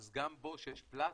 אז גם בו שיש plazo,